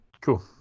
Cool